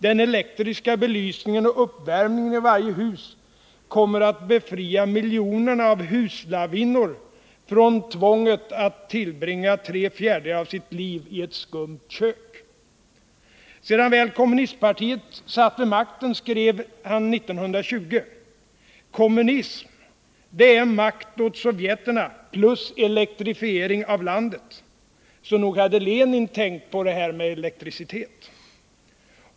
Den elektriska belysningen och uppvärmningen i varje hus kommer att befria miljonerna av ”husslavinnor” från tvånget att tillbringa tre fjärdedelar av sitt liv i ett skumt kök.” Sedan väl kommunistpartiet satt vid makten skrev han 1920: ”Kommunism, det är makt åt sovjeterna plus elektrifiering av hela landet.” Så nog hade Lenin tänkt på det här med elektricitet.